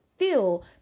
feel